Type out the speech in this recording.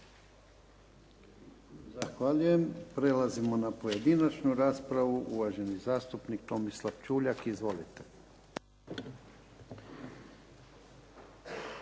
Zahvaljujem. Prelazimo na pojedinačnu raspravu. Uvaženi zastupnik Tomislav Čuljak. Izvolite.